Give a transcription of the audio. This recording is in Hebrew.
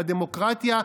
בדמוקרטיה,